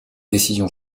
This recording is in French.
décision